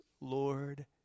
Lord